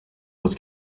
was